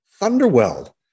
thunderweld